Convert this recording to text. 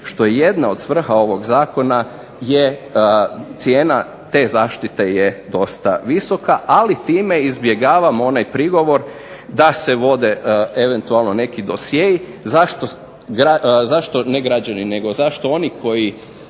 što je jedna svrha ovog zakona, cijena te zaštite je dosta visoka ali time izbjegavamo onaj prigovor da se vode eventualno neki dosjei. Zašto oni koji